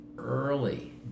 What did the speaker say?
Early